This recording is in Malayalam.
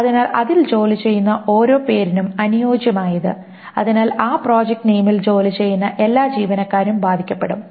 അതിനാൽ അതിൽ ജോലി ചെയ്യുന്ന ഓരോ പേരിനും അനുയോജ്യമായത് അതിനാൽ ആ പ്രോജക്റ്റ് നെയിമിൽ ജോലി ചെയ്യുന്ന എല്ലാ ജീവനക്കാരും ബാധിക്കപ്പെടും